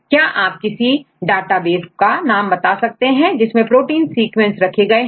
क्या आप किसी डेटाबेस का नाम बता सकते हैं जिसमें प्रोटीन सीक्वेंस रखे गए हैं